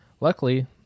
Luckily